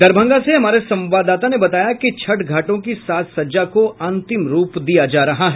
दरभंगा से हमारे संवाददाता ने बताया कि छठ घाटों की साज सज्जा को अंतिम रूप दिया जा रहा है